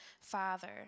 Father